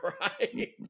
Right